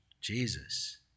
Jesus